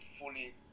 fully